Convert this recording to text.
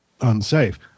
unsafe